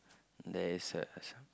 there is a